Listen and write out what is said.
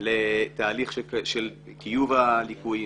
לתהליך של טיוב הליקויים,